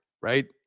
Right